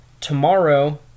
Tomorrow